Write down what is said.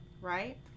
Right